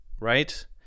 right